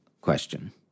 question